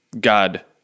God